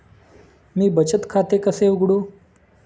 मी बचत खाते कसे उघडू?